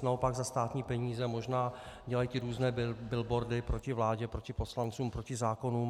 Naopak za státní peníze možná dělají ty různé billboardy proti vládě, proti poslancům, proti zákonům.